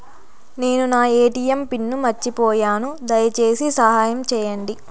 నేను నా ATM pin మర్చిపోయాను, దయచేసి సహాయం చేయండి